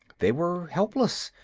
they were helpless,